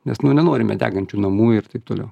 nes nu nenorime degančių namų ir taip toliau